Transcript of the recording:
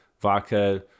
vodka